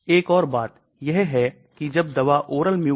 तो क्या रणनीतियां है आयनिक समूहों को गैर आयनीकरण में परिवर्तित करना